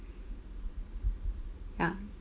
ya